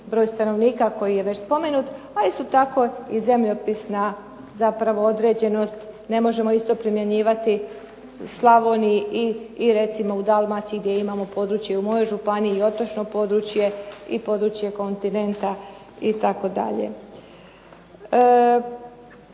broj stanovnika koji je već spomenut, a isto tako i zemljopisna određenost. Ne možemo isto primjenjivati u Slavoniji i recimo u Dalmaciji gdje imamo područje u mojoj županiji i otočno područje i područje kontinenta itd.